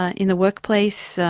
ah in the workplace,